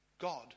God